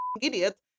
idiot